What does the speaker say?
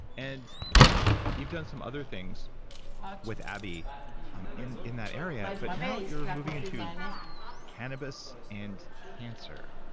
and you've done some other things with abby um in in that area, but now you're moving into cannabis and cancer.